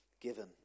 given